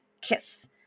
kiss